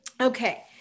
Okay